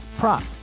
Prop